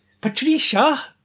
Patricia